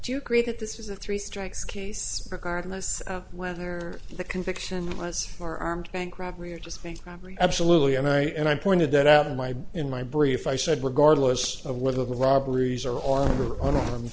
do you agree that this is a three strikes case regardless of whether the conviction lies for armed bank robbery or just bank robbery absolutely and i and i pointed that out in my in my brief i said regardless of whether the robberies are o